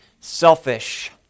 selfish